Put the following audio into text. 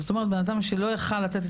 זאת אומרת בן אדם שלא יכול היה לתת את